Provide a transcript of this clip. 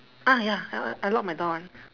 ah ya I I lock my door [one]